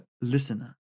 listener